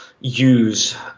use